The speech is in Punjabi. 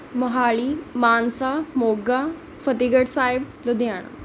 ਮੋਹਾਲੀ ਮਾਨਸਾ ਮੋਗਾ ਫਤਿਹਗੜ੍ਹ ਸਾਹਿਬ ਲੁਧਿਆਣਾ